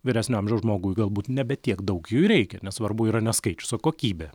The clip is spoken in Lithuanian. vyresnio amžiaus žmogui galbūt nebe tiek daug jų ir reikia nes svarbu yra ne skaičius o kokybė